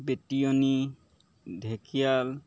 Betioni Dhekial